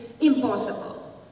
impossible